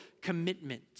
commitment